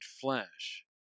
flesh